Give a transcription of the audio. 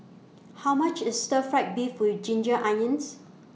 How much IS Stir Fried Beef with Ginger Onions